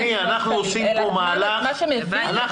אלא מה שמביא לפנסיה של 500 שקלים תשמעי,